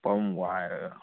pump ꯋꯥꯏꯔꯒ